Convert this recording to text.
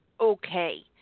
okay